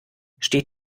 steht